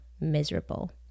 miserable